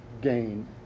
gain